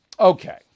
Okay